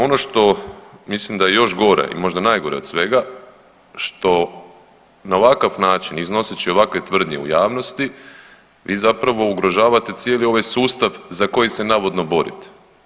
Ono što mislim da je još gore, i možda najgore od svega što na ovakav način, iznoseći ovakve tvrdnje u javnosti vi zapravo ugrožavate cijeli ovaj sustav za koji se navodno borite.